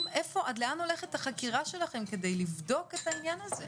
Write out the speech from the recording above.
עד לאן הולכת החקירה שלכם כדי לבדוק את העניין הזה?